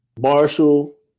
Marshall